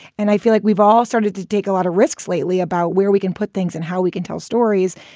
and i feel like we've all started to take a lot of risks lately about where we can put things and how we can tell stories.